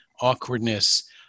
awkwardness